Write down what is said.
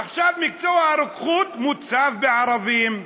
עכשיו, מקצוע הרוקחות מוצף בערבים.